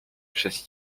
przez